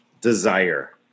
desire